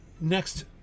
next